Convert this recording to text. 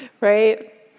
right